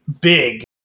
big